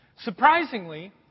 Surprisingly